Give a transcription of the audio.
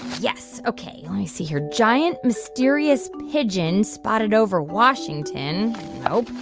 yes, ok. let me see here. giant mysterious pigeon spotted over washington nope.